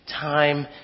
time